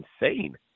insane